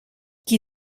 qui